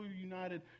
united